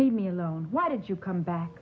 leave me alone why did you come back